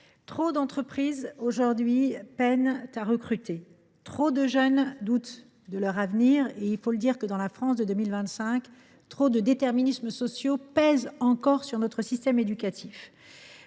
trop d’entreprises peinent aujourd’hui à recruter. Trop de jeunes doutent de leur avenir et, il faut le dire, dans la France de 2025, trop de déterminismes sociaux pèsent encore sur notre système éducatif.